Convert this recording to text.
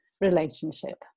relationship